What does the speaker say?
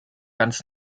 ganz